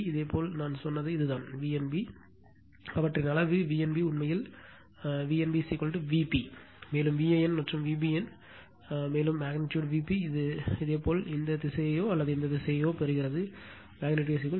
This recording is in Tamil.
நான் இதேபோல் சொன்னது இதுதான் என் V n b மற்றும் அவற்றின் அளவு V n b உண்மையில் அளவு V n b Vp மேலும் Van மற்றும் Vbn மேலும் அளவு Vp இது இதேபோல் இந்த திசையையோ அல்லது அந்த திசையையோ பெறுகிறதா அளவு Vp